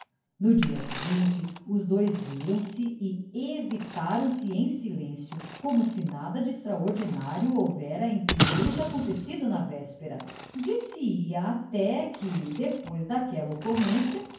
no dia seguinte os dois viram se e evitaram se em silêncio como se nada de extraordinário houvera entre eles acontecido na véspera dir-se-ia até que depois daquela ocorrência